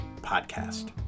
Podcast